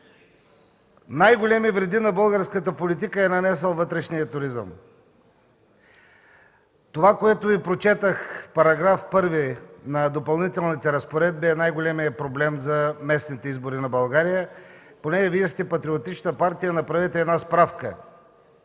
най-големи вреди на българската политика е нанесъл вътрешният туризъм. Това, което Ви прочетох –§ 1 на Допълнителните разпоредби, е най-големият проблем за местните избори в България. Понеже Вие сте патриотична партия, направете една справка